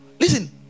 Listen